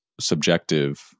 subjective